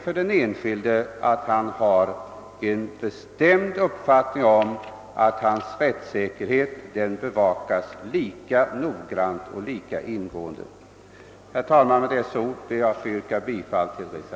Med dessa ord ber jag att få yrka bifall till reservationen.